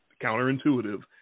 counterintuitive